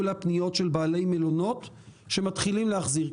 אליה פניות של בעלי מלונות שמתחילים להחזיר.